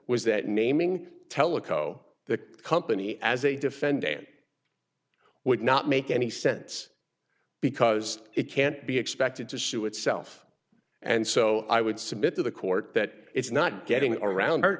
was that naming teleco the company as a defendant would not make any sense because it can't be expected to sue itself and so i would submit to the court that it's not getting around